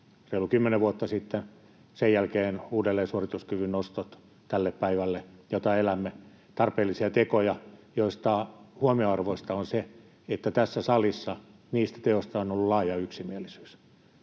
kymmenen vuotta sitten, sen jälkeen uudelleen suorituskyvyn nostot tälle päivälle, jota elämme — tarpeellisia tekoja, joissa huomionarvoista on se, että tässä salissa niistä teoista on ollut laaja yksimielisyys.